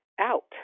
out